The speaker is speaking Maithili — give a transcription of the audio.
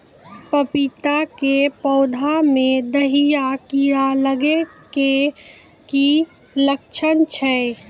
पपीता के पौधा मे दहिया कीड़ा लागे के की लक्छण छै?